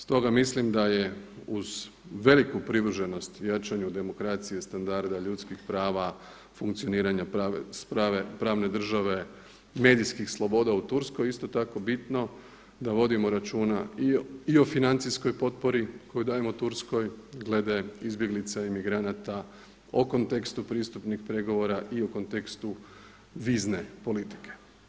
Stoga mislim da je uz veliku privrženost jačanju demokracije i standarda ljudskih prava, funkcioniranja pravne države, medijskih sloboda u Turskoj isto tako bitno da vodimo računa i o financijskoj potpori koju dajemo Turskoj glede izbjeglica i migranata o kontekstu pristupnih pregovora i o kontekstu pristupnih pregovora i o kontekstu vizne politike.